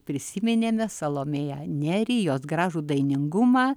prisiminėme salomėją nėrį jos gražų dainingumą